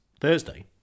Thursday